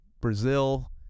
Brazil